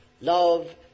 Love